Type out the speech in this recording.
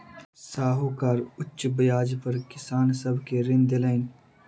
साहूकार उच्च ब्याज पर किसान सब के ऋण देलैन